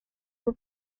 were